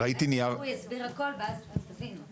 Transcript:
ראיתי נייר --- הוא יסביר הכל, ואז אתה תבין.